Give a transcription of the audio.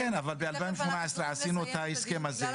כן, כן, אבל ב-2018 עשינו את ההסכם הזה.